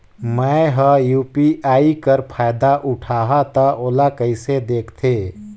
मैं ह यू.पी.आई कर फायदा उठाहा ता ओला कइसे दखथे?